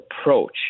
approach